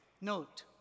Note